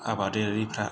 आबादारिफोरा